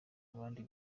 abandi